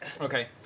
Okay